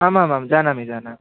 आमामां जानामि जानामि